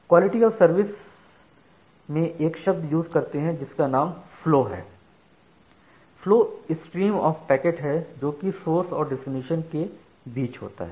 quality of service में एक शब्द यूज़ करते हैं जिसका नाम फ्लो है फ्लो स्ट्रीम ऑफ पैकेट है जो की सोर्स और डेस्टिनेशन के बीच होता है